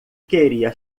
queria